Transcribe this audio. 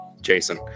Jason